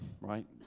right